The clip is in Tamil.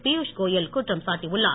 பியூஷ் கோயல் குற்றம் சாட்டியுள்ளார்